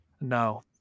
no